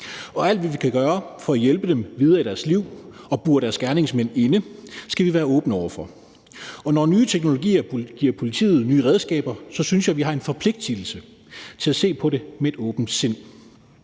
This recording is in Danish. og alt, hvad vi kan gøre for at hjælpe dem videre i deres liv og bure deres gerningsmænd inde, skal vi være åbne over for. Og når nye teknologier giver politiet nye redskaber, synes jeg, vi har en forpligtigelse til at se på det med et åbent sind.